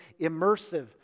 immersive